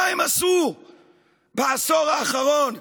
מה הם עשו בעשור האחרון,